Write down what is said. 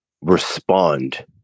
respond